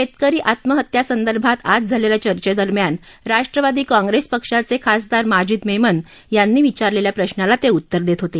शेतकरी आत्महत्यासंदर्भात आज झालेल्या चर्चेदरम्यान राष्ट्रवादी काँग्रेस पक्षाचे खासदा माजिद मेमन यांनी विचारलेल्या प्रश्नाला ते उत्तर देत होते